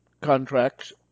contracts